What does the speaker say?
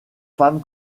femme